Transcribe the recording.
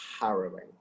harrowing